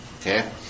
Okay